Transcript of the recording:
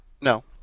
No